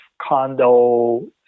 condo